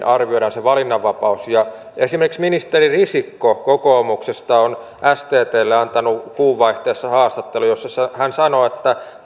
arvioidaan se valinnanvapaus esimerkiksi ministeri risikko kokoomuksesta on sttlle antanut kuun vaihteessa haastattelun jossa hän sanoo että